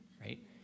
right